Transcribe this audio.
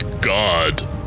god